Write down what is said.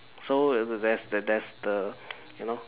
so thats that's the you know